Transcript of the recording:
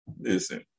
Listen